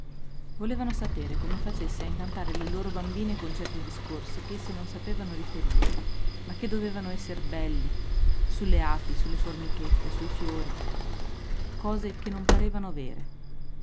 volevano sapere come facesse a incantare le loro bambine con certi discorsi ch'esse non sapevano riferire ma che dovevano esser belli sulle api sulle formichette sui fiori cose che non parevano vere